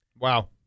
Wow